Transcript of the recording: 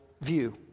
view